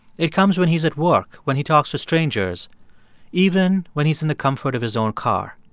it comes when he's at work, when he talks to strangers even when he's in the comfort of his own car.